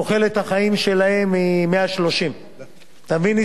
תוחלת החיים שלהם היא 130. אתה מבין,